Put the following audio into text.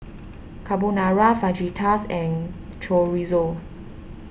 Carbonara Fajitas and Chorizo